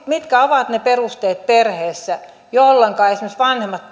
mitkä ovat ne perusteet perheessä jos esimerkiksi vanhemmat